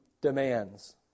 demands